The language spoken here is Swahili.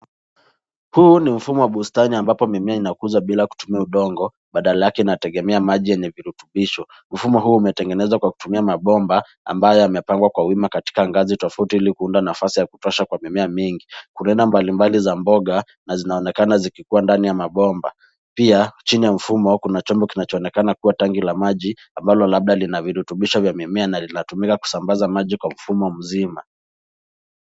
Huu ni mfumo wa bustani ambapo mimea inakuzwa bila kutukia udongo, badala yake inatengemea maji yenye vurutubisho. Ufumo huu umetengenezwa kutumia mambomba ambayo yamepagwa kwa wima katika gazi tofauti ili kuunda nafasi ya kutosha kwa mimea mingi . Kuna aina mbali mbali za mboga na zinaoneka zikikua ndani ya mambomba .Pia chini ya mfumo kuna chombo kinachooneka kuwa tanki la maji ambalo labda linavirutubisho vya mimea na linatumika kusabaza maji kwa mfumo mzima.